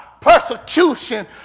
persecution